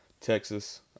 Texas